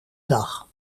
dag